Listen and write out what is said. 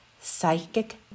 psychic